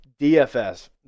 DFS